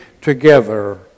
together